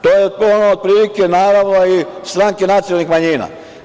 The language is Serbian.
To je sve ono, otprilike, naravno, i stranke nacionalnih manjina.